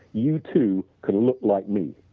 you too can look like me